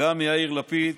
גם יאיר לפיד